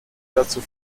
dazu